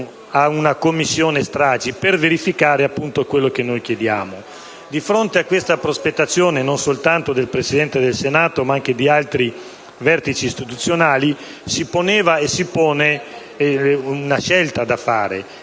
a una Commissione stragi per verificare quello che noi chiediamo. Di fronte a tale prospettazione, non solo del Presidente del Senato ma anche di altri vertici istituzionali, si poneva e si pone una scelta che